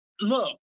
look